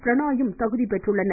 பிரனாயும் தகுதி பெற்றுள்ளனர்